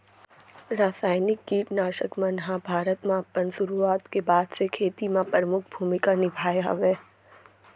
रासायनिक किट नाशक मन हा भारत मा अपन सुरुवात के बाद से खेती मा परमुख भूमिका निभाए हवे